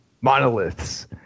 monoliths